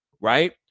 Right